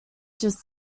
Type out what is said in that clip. just